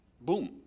Boom